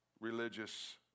religious